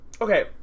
Okay